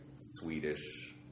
Swedish